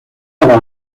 para